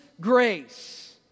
grace